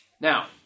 Now